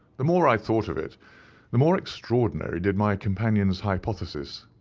the more i thought of it the more extraordinary did my companion's hypothesis,